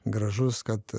gražus kad